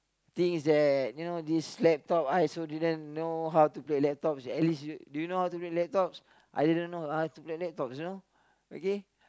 things that you know this laptop I also didn't know how to play laptops at least do you know how to play laptops I didn't know how to play laptops you know